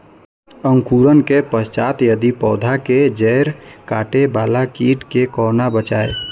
अंकुरण के पश्चात यदि पोधा के जैड़ काटे बाला कीट से कोना बचाया?